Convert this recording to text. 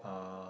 uh